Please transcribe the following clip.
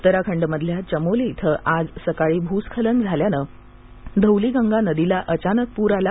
उत्तराखंडमधल्या चमोली इथं आज सकाळी भूस्खलन झाल्यानं धौलीगंगा नदीला अचानक पूर आला